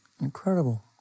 incredible